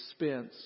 expense